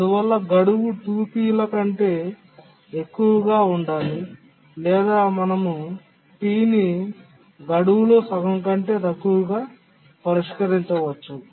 అందువల్ల గడువు 2P ల కంటే ఎక్కువగా ఉండాలి లేదా మేము P ని గడువులో సగం కంటే తక్కువగా పరిష్కరించవచ్చు